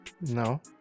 no